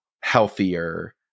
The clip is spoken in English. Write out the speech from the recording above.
healthier